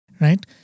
right